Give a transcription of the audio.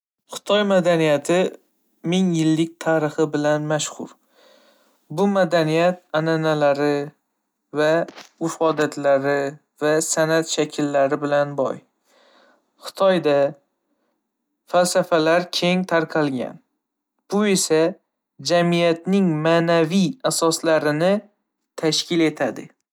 Xitoy madaniyati ming yillik tarixi bilan mashhur. Bu madaniyat an'analari, va urf-odatlari, va san'at shakllari bilan boy. Xitoyda falsafalar keng tarqalgan, bu esa jamiyatning ma'naviy asoslarini tashkil etadi.